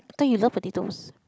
I thought you love potatoes